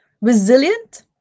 resilient